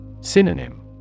Synonym